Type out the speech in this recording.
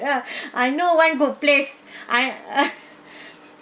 ya I know one good place I